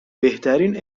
بهترین